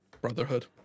Brotherhood